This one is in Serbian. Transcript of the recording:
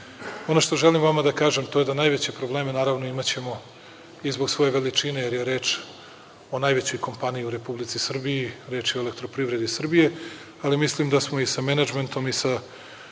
što želim vama da kažem, to je da najveće probleme, naravno, imaćemo i zbog svoje veličine, jer je reč o najvećoj kompaniji u Republici Srbiji, reč je o Elektroprivredi Srbije. Ali, mislim da smo i sa menadžmentom i sa